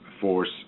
force